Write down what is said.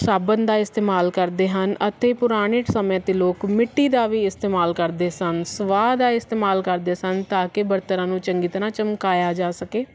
ਸਾਬਣ ਦਾ ਇਸਤੇਮਾਲ ਕਰਦੇ ਹਨ ਅਤੇ ਪੁਰਾਣੇ ਸਮੇਂ 'ਤੇ ਲੋਕ ਮਿੱਟੀ ਦਾ ਵੀ ਇਸਤੇਮਾਲ ਕਰਦੇ ਸਨ ਸਵਾਹ ਦਾ ਇਸਤੇਮਾਲ ਕਰਦੇ ਸਨ ਤਾਂ ਕਿ ਬਰਤਨਾਂ ਨੂੰ ਚੰਗੀ ਤਰ੍ਹਾਂ ਚਮਕਾਇਆ ਜਾ ਸਕੇ